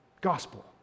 Gospel